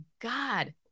God